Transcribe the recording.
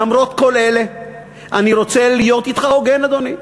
למרות כל אלה אני רוצה להיות אתך הוגן, אדוני,